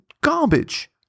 garbage